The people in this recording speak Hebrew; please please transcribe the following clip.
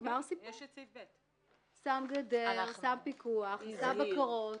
הוא שם פיקוח, עשה בקרות.